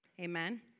Amen